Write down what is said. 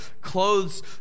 clothes